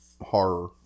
horror